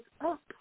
up